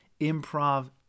Improv